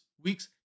week's